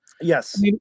Yes